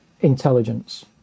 intelligence